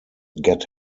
get